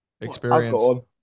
experience